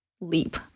leap